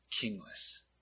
kingless